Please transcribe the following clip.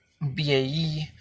BAE